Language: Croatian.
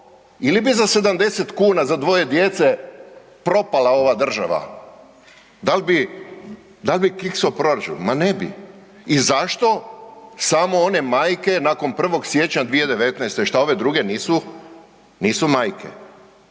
ili bi za 70 kuna za dvoje djece propala ova država? Da li bi kiksao proračun? Ma ne bi. I zašto samo one majke nakon 1. siječnja 2019.? šta ove druge nisu majke?